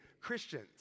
Christians